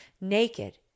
naked